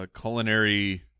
Culinary